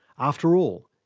after all,